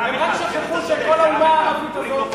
הם רק שכחו שכל האומה הערבית הזאת,